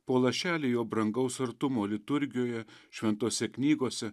po lašelį jo brangaus artumo liturgijoje šventose knygose